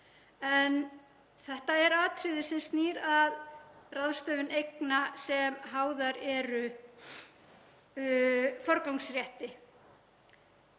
en þetta er atriði sem snýr að ráðstöfun eigna sem háðar eru forgangsrétti.